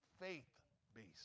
faith-based